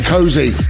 Cozy